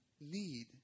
need